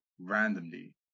randomly